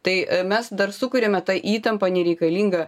tai mes dar sukuriame tą įtampą nereikalingą